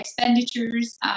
expenditures